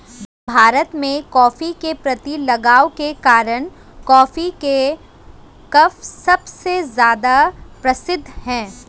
भारत में, कॉफ़ी के प्रति लगाव के कारण, कॉफी के कैफ़े सबसे ज्यादा प्रसिद्ध है